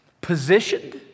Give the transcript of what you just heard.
positioned